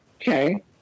okay